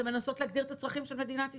לנסות להגדיר את הצרכים של מדינת ישראל.